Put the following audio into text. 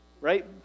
right